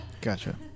Gotcha